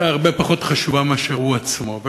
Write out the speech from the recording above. הייתה הרבה פחות חשובה מאשר הוא עצמו,